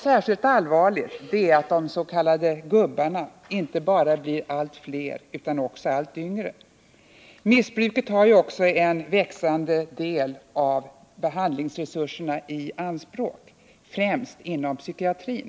Särskilt allvarligt är att de s.k. gubbarna inte bara blir allt fler utan också allt yngre. Missbruket tar också en växande del av behandlingsresurserna i anspråk, främst inom psykiatrin.